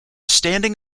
standing